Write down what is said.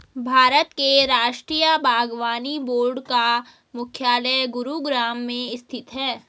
भारत के राष्ट्रीय बागवानी बोर्ड का मुख्यालय गुरुग्राम में स्थित है